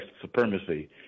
supremacy